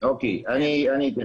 אני אתייחס.